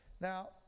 Now